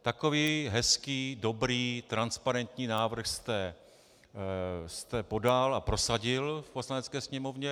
Takový hezký, dobrý, transparentní návrh jste podal a prosadil v Poslanecké sněmovně.